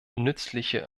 nützliche